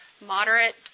moderate